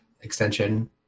extension